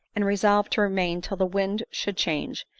and resolved to remain till the wind should change,